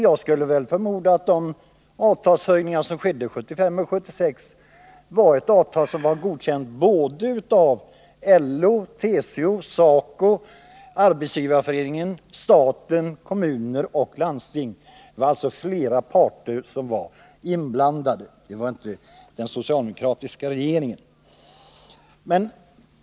Jag skulle förmoda att de lönehöjningar som genomfördes 1975 och 1976 hade godkänts både av LO, TCO, SACO, Arbetsgivareföreningen, staten, kommunerna och landstingen. Det var alltså flera parter inblandade, däremot inte den socialdemokratiska regeringen.